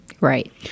Right